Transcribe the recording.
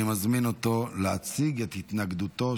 אני מזמין אותו להציג את התנגדותו.